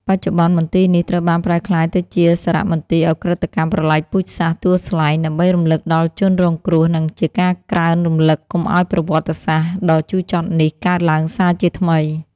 បច្ចុប្បន្ន មន្ទីរនេះត្រូវបានប្រែក្លាយទៅជាសារមន្ទីរឧក្រិដ្ឋកម្មប្រល័យពូជសាសន៍ទួលស្លែង ដើម្បីរំលឹកដល់ជនរងគ្រោះ និងជាការក្រើនរំលឹកកុំឱ្យប្រវត្តិសាស្ត្រដ៏ជូរចត់នេះកើតឡើងសាជាថ្មី។